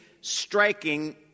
striking